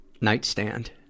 nightstand